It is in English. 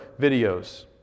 videos